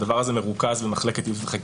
הדבר הזה מרוכז במחלקת --- פלילי,